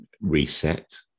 reset